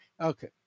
Okay